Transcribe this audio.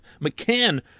McCann